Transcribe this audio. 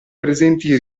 presenti